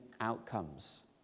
outcomes